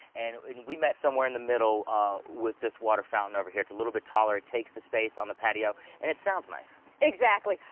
and we met somewhere in the middle with this water fountain over here. it's a little bit taller. it takes the space on the patio, and it sounds nice. exactly.